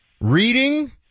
reading